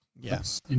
Yes